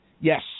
Yes